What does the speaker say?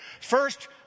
First